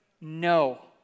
no